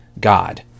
God